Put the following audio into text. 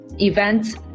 events